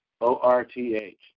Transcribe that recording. O-R-T-H